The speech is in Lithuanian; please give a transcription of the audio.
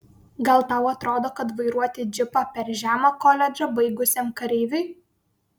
gal tau atrodo kad vairuoti džipą per žema koledžą baigusiam kareiviui